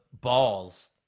balls